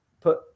put